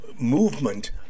movement